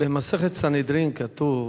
במסכת סנהדרין כתוב: